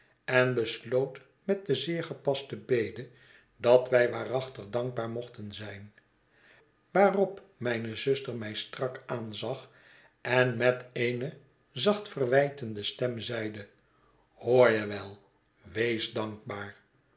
en besloot met de zeer gepaste bede dat wij waarachtig dankbaar mochten zijn waarop mijne zuster mij strak aanzag en met eene zacht verwijtende stem zeide hoor je wel wees dankbaar